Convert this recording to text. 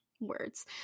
words